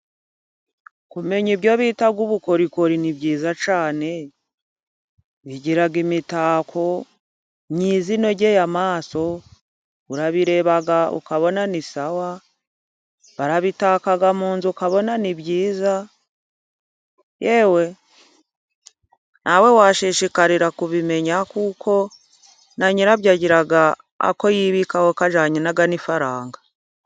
Kumenya ibyo bita ubukorikori ni byiza cyane, bigira imitako myiza inogeye amaso, urabireba ukabona ni sawa, barabitaka mu nzu ukabona ni byiza, yewe nawe washishikarira kubimenya kuko na nyirabyo agira ako yibikaho kajyanye n'ifaranga.